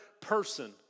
person